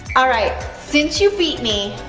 all right, since you beat me,